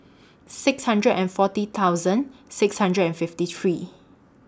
six hundred and four thousand six hundred and fifty three